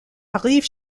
arrivent